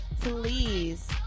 please